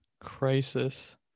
crisis